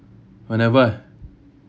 whenever I